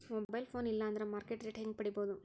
Mobile phone ಇಲ್ಲಾ ಅಂದ್ರ market rate ಹೆಂಗ್ ಪಡಿಬೋದು?